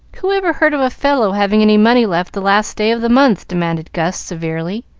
who ever heard of a fellow having any money left the last day of the month? demanded gus, severely.